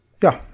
Ja